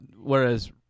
whereas